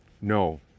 No